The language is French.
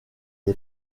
est